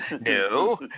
no